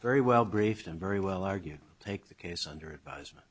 very well briefed and very well argued take the case under advisement